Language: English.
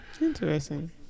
Interesting